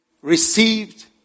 received